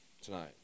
tonight